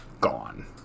gone